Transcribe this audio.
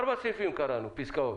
פסקאות,